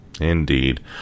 Indeed